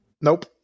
Nope